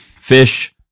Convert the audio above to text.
Fish